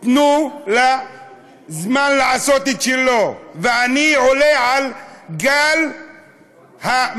תנו לזמן לעשות את שלו, ואני עולה על גל המעשים.